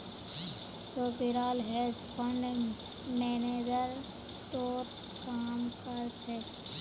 सोपीराल hedge fund manager तोत काम कर छ